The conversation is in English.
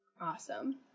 Awesome